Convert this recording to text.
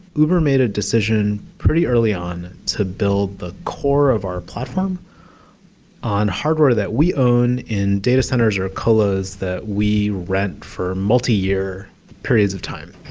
uber made a decision pretty early on to build the core of our platform on hardware that we owned in data centers or our colos that we rent for multiyear periods of time.